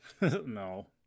No